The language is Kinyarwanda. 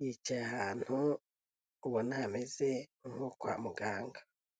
yicaye ahantu ubona hameze nko kwa muganga.